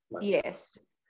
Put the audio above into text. Yes